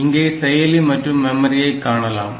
இங்கே செயலி மற்றும் மெமரியை காணலாம்